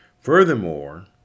Furthermore